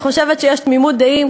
אני חושבת שיש תמימות דעים,